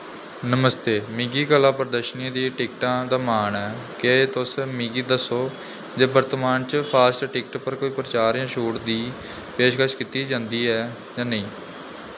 नमस्ते मिगी कला प्रदर्शनी दियें टिकटें दा मन ऐ केह् तुस मिगी दस्सो जे वर्तमान च फास्ट टिकट पर कोई प्रचार जां छूट दी पेशकश कीती जंदी ऐ जां नेईं